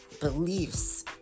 beliefs